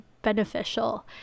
beneficial